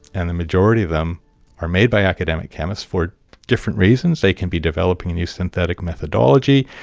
and the majority of them are made by academic chemists for different reasons. they can be developing a new synthetic methodology,